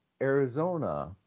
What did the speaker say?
Arizona